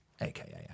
aka